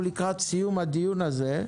אנחנו לקראת סיום הדיון הזה.